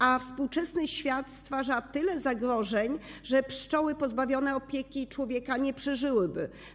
A współczesny świat stwarza tyle zagrożeń, że pszczoły pozbawione opieki człowieka nie przeżyłyby.